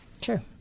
Sure